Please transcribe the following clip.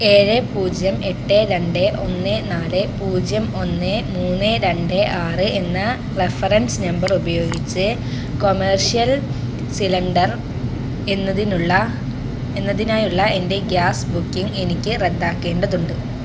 ഏഴ് പൂജ്യം എട്ട് രണ്ട് ഒന്ന് നാല് പൂജ്യം ഒന്ന് മൂന്ന് രണ്ട് ആറ് എന്ന റഫറൻസ് നമ്പർ ഉപയോഗിച്ചു കൊമേർഷ്യൽ സിലിണ്ടർ എന്നതിനുള്ള എന്നതിനായുള്ള എന്റെ ഗ്യാസ് ബുക്കിംഗ് എനിക്ക് റദ്ദാക്കേണ്ടതുണ്ട്